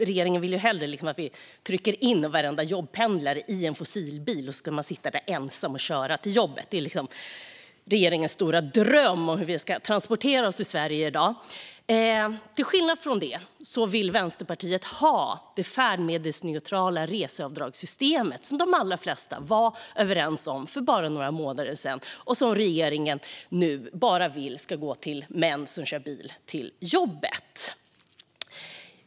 Regeringen vill hellre att vi trycker in varenda jobbpendlare i en fossilbil, där man ska sitta ensam och köra till jobbet. Det är liksom regeringens stora dröm om hur vi ska transportera oss i Sverige i dag. Men till skillnad från detta vill Vänsterpartiet ha det färdmedelsneutrala reseavdragssystem som de allra flesta var överens om för bara några månader sedan. Nu vill regeringen i stället att det bara ska gå till män som kör bil till jobbet.